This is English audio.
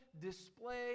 display